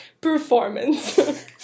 performance